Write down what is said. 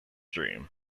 dream